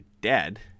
dead